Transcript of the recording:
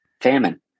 famine